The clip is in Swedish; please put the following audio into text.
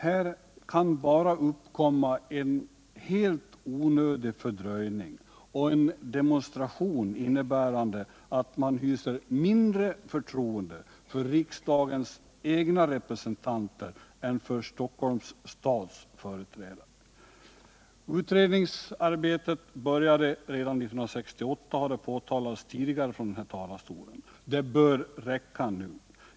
Man kan bara uppnå en helt onödig fördröjning och en demonstration innebärande att man hyser mindre förtroende för riksdagens egna representanter än för Stockholms stads företrädare. Det har tidigare här från talarstolen påtalats att utredningsarbetret började redan 1968. Det bör räcka nu.